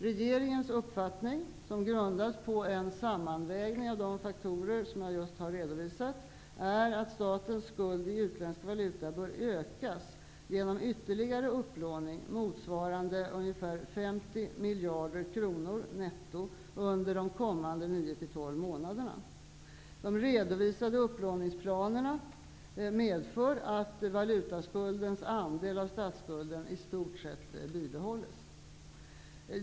Regeringens uppfattning, som grundas på en sammanvägning av de faktorer som jag just har redovisat, är att statens skuld i utländsk valuta bör ökas genom ytterligare upplåning motsvarande ungefär 50 miljarder kronor, netto, under de kommande nio till tolv månaderna. De redovisade upplåningsplanerna medför att valutaskuldens andel av statsskulden i stort sett bibehålls.